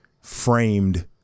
framed